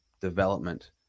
development